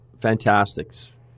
Fantastics